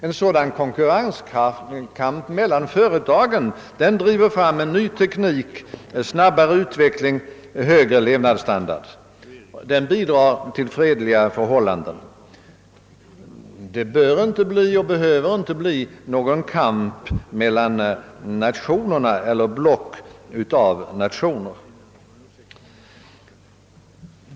En sådan konkurrenskamp mellan företagen driver fram en ny teknik, en snabbare utveckling och högre levnadsstandard, och den bidrar också till fredliga förhållanden. Det bör inte och behöver inte bli någon kamp mellan nationer eller block av nationer.